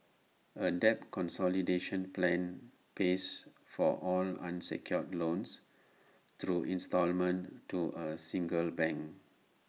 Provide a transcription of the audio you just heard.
A debt consolidation plan pays for all unsecured loans through instalment to A single bank